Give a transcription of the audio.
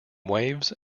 waves